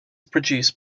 produced